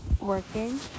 Working